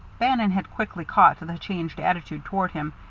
bannon had quickly caught the changed attitude toward him,